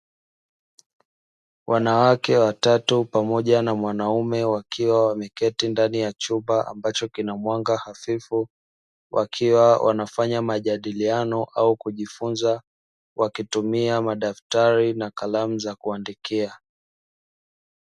Wanawake watatu pamoja na mwanaume wakiwa wameketi ndani ya chumba ambacho kinamwanga hafifu, wakiwa wanafanya majadiliano au kujifunza wakitumia madaftari na kalamu za kuandikia.